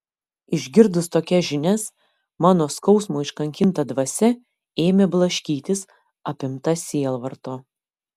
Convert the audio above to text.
išgirdus tokias žinias mano skausmo iškankinta dvasia ėmė blaškytis apimta sielvarto